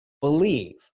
believe